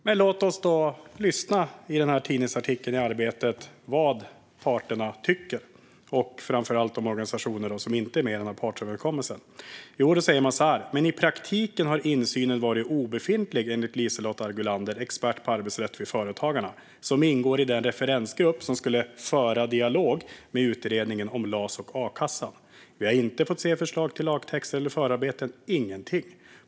Fru talman! Låt oss då se vad det stod i tidningsartikeln i Arbetet om vad parterna, framför allt de organisationer som inte är med i partsöverenskommelsen, tycker. Man säger så här: "Men i praktiken har insynen varit obefintlig, enligt Lise-Lotte Argulander, expert på arbetsrätt vid Företagarna, som ingår i den referensgrupp som skulle 'föra dialog' med utredningen om las och a-kassan. Vi har inte fått se förslag till lagtexter eller förarbeten. Ingenting.